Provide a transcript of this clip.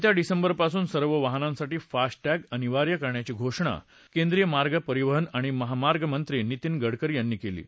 येत्या डिसेंबरपासू सर्व वाहनांसाठी फास्ट टॅग अनिवार्य करण्याची घोषणा केंद्रिय मार्ग परिवहन आणि महामार्गमंत्री नितीन गडकरी यांनी केली आहे